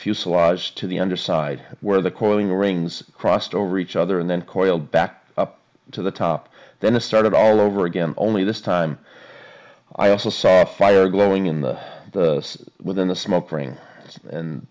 fuselage to the underside where the calling rings crossed over each other and then coiled back up to the top then it started all over again only this time i also saw fire glowing in the within the smoke ring and